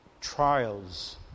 Trials